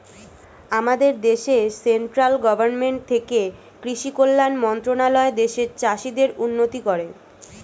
আমাদের দেশে central government থেকে কৃষি কল্যাণ মন্ত্রণালয় দেশের চাষীদের উন্নতি করে